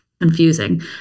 confusing